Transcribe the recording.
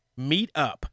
Meetup